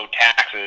taxes